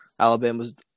Alabama's